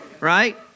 right